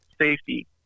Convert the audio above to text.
safety